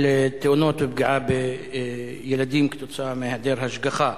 על תאונות ופגיעה בילדים כתוצאה מהיעדר השגחה.